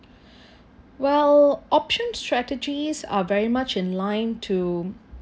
well option strategies are very much in line to